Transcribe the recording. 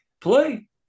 play